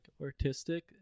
artistic